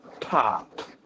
pop